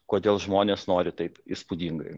kodėl žmonės nori taip įspūdingai